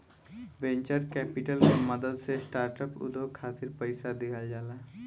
venture capital के मदद से स्टार्टअप उद्योग खातिर पईसा दिहल जाला